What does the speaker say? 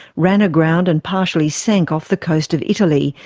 ran aground and partially sank off the coast of italy,